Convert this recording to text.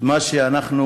מה שאנחנו